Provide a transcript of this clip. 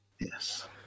yes